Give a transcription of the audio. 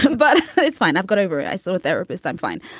um but it's fine. i've got over it. i saw a therapist. i'm fine.